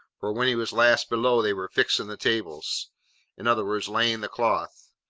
for when he was last below, they were fixing the tables in other words, laying the cloth.